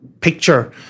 picture